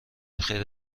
خیر